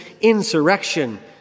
insurrection